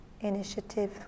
initiative